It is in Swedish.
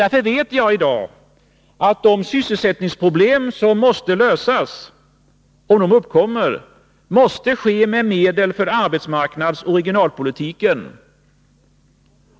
Därför vet jag i dag att sysselsättningsproblem, om sådana uppkommer, måste lösas med hjälp av medel för arbetsmarknadsoch regionalpolitiken.